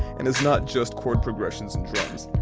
and it's not just chord progressions and drums.